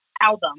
album